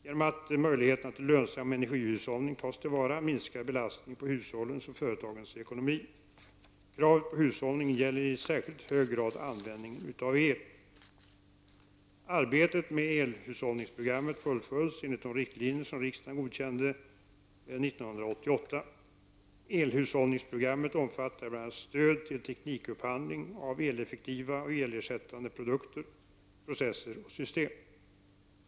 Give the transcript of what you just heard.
Genom att möjligheterna till lönsam energihushållning tas till vara minskar belastningen på hushållens och företagens ekonomi. Kravet på hushållning gäller i särskilt hög grad användningen av el. Arbetet med elhushållningsprogrammet fullföljs enligt de riktlinjer som riksdagen godkände år 1988. Elhushållningsprogrammet omfattar bl.a. stöd till teknikupphandling av eleffektiva och elersättande produkter, processer och system.